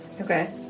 Okay